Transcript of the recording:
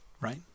right